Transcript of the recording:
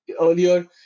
Earlier